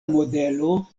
modelo